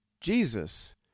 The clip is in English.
Jesus